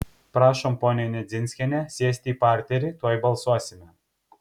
prašom ponia nedzinskiene sėsti į parterį tuoj balsuosime